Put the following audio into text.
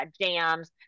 jams